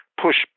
push